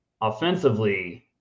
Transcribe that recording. offensively